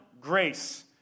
grace